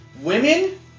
women